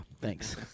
thanks